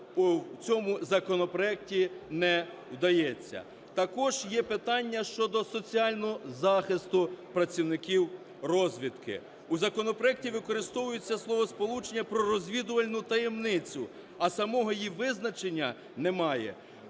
в цьому законопроекті не дається. Також є питання щодо соціального захисту працівників розвідки. У законопроекті використовується словосполучення "про розвідувальну таємницю", а самого її визначення немає.